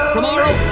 Tomorrow